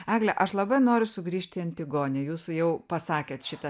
egle aš labai noriu sugrįžt į antigonę jūsų jau pasakėt šitą